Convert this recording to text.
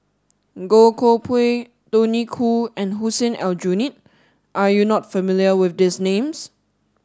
Goh Koh Pui Tony Khoo and Hussein Aljunied are you not familiar with these names